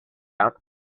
count